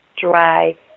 dry